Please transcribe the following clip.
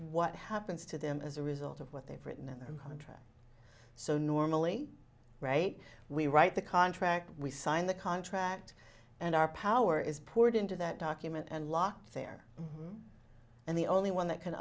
what happens to them as a result of what they've written in their contract so normally right we write the contract we sign the contract and our power is poured into that document and locked there and the only one that can